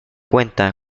cuenta